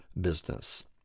business